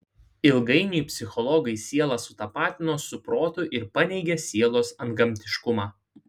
ilgainiui psichologai sielą sutapatino su protu ir paneigė sielos antgamtiškumą